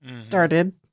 started